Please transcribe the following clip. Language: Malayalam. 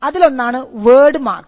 അതിലൊന്നാണ് വേർഡ് മാക്സ്